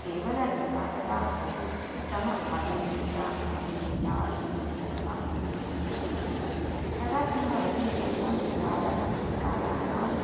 केवलं यदा कदा बहु उत्तमः अभिनेता अभिनेता अस्ति उत्तमा अभिनेत्री अस्ति तदा किं भवति तेषां विचारः विचाराणाम्